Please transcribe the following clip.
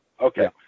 Okay